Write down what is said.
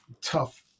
tough